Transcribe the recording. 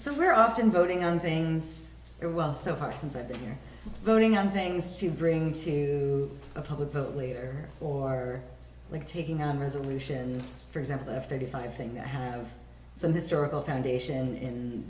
somewhere often voting on things there well so far since i've been here voting on things to bring to a public vote later or like taking on resolutions for example f thirty five thing that i have some historical foundation in